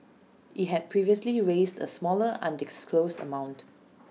IT had previously raised A smaller undisclosed amount